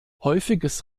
häufiges